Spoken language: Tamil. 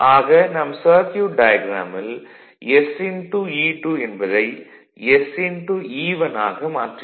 ஆக நாம் சர்க்யூட் டயக்ராமில் sE2 என்பதை sE1 ஆக மாற்றினோம்